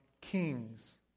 kings